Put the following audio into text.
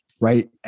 Right